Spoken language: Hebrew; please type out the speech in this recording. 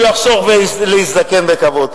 שהוא יחסוך בשביל להזדקן בכבוד.